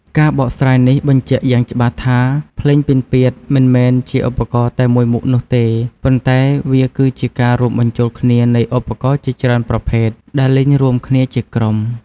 ការបកស្រាយនេះបញ្ជាក់យ៉ាងច្បាស់ថា ភ្លេងពិណពាទ្យមិនមែនជាឧបករណ៍តែមួយមុខនោះទេ ប៉ុន្តែវាគឺជាការរួមបញ្ចូលគ្នានៃឧបករណ៍ជាច្រើនប្រភេទ ដែលលេងរួមគ្នាជាក្រុម។